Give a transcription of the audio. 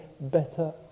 better